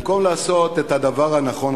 במקום לעשות את הדבר הנכון,